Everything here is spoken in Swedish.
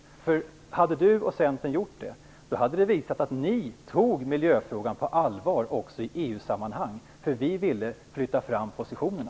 Om Lennart Daléus och Centern hade gjort det, hade det visat att ni tar miljöfrågan på allvar också i EU sammanhang. Vi vill flytta fram positionerna.